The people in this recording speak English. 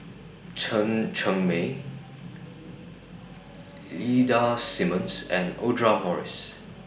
Chen Cheng Mei Ida Simmons and Audra Morrice